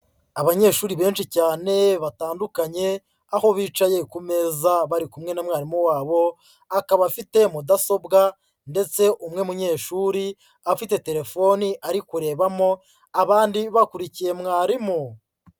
Abanyeshuri benshi cyane batandukanye, aho bicaye ku meza bari kumwe na mwarimu wabo akaba afite mudasobwa ndetse umwe munyeshuri afite telefoni ari kurebamo abandi bakurikiye mwarimu.